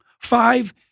five